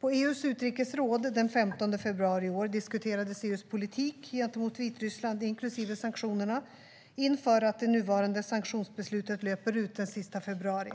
På EU:s utrikesråd den 15 februari i år diskuterades EU:s politik gentemot Vitryssland, inklusive sanktionerna, inför att det nuvarande sanktionsbeslutet löper ut den 29 februari.